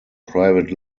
private